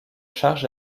charge